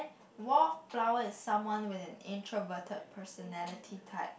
wallflower is someone with an introverted personality type